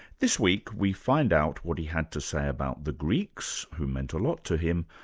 this week we find out what he had to say about the greeks, who meant a lot to him,